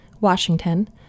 Washington